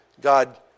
God